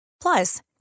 Plus